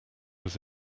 was